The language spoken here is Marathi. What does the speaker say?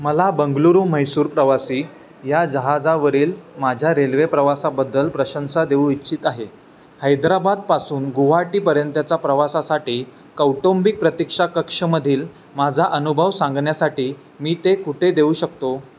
मला बंगळुरू म्हैसूर प्रवासी या जहाजावरील माझ्या रेल्वे प्रवासाबद्दल प्रशंसा देऊ इच्छित आहे हैदराबादपासून गुवाहाटीपर्यंतचा प्रवासासाठी कौटुंबिक प्रतीक्षा कक्षामधील माझा अनुभव सांगण्यासाठी मी ते कुठे देऊ शकतो